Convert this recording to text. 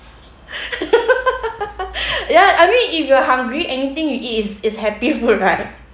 ya I mean if you're hungry anything you eat is is happy food right